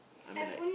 I'm in like